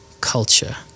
culture